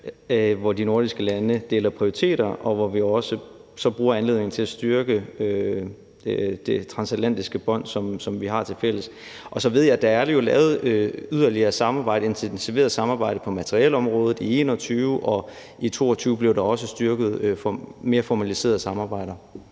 hvor de nordiske lande deler prioriteter, og hvor vi også så bruger anledningen til at styrke det transatlantiske bånd, som vi har tilfælles. Så ved jeg, at der jo er lavet yderligere samarbejde, et intensiveret samarbejde på materielområdet i 2021, og i 2022 blev mere formaliserede samarbejder